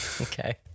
Okay